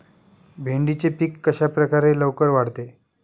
भेंडीचे पीक कशाप्रकारे लवकर वाढते?